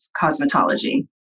cosmetology